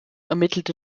ermittelte